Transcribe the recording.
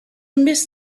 miss